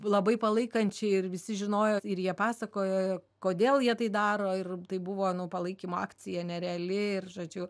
labai palaikančiai ir visi žinojo ir jie pasakojo kodėl jie tai daro ir tai buvo nu palaikymo akcija nereali ir žodžiu